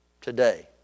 today